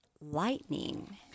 lightning